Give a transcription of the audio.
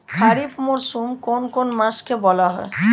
খারিফ মরশুম কোন কোন মাসকে বলা হয়?